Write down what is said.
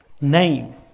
name